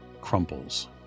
crumples